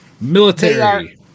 military